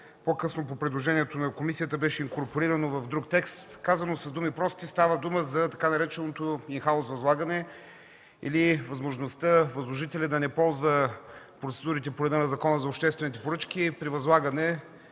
която по предложение на комисията по-късно беше инкорпорирана в друг текст. Казано с думи прости, става дума за така нареченото „ин хаус възлагане” или възможността възложителят да не ползва процедурите по реда на Закона за обществените поръчки при възлагане